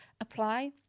apply